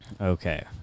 Okay